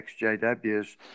XJWs